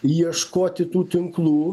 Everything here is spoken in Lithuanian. ieškoti tų tinklų